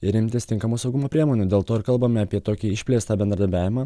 ir imtis tinkamų saugumo priemonių dėl to ar kalbame apie tokį išplėstą bendradarbiavimą